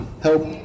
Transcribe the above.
help